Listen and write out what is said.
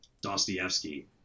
Dostoevsky